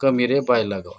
ᱠᱟᱹᱢᱤᱨᱮ ᱵᱟᱭ ᱞᱟᱜᱟᱣᱚᱜᱼᱟ